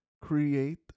create